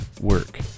work